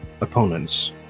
opponents